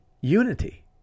unity